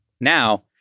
Now